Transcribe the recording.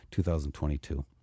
2022